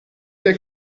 der